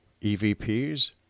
EVPs